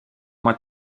mois